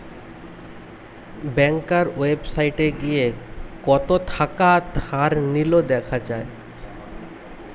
ব্যাংকার ওয়েবসাইটে গিয়ে কত থাকা ধার নিলো দেখা যায়